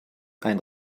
ein